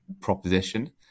proposition